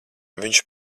viņš